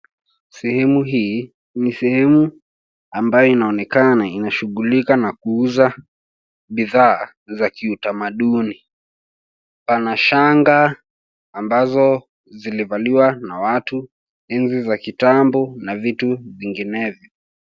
Sehemu hii ni sehemu ambayo inaonekana inashughulika na kuuza bidhaa za kiutamaduni. Pana shanga ambazo zilivaliwa na watu wa enzi za kitambo na vitu vinginevyo.